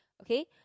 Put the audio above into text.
Okay